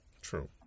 True